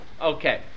Okay